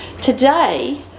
Today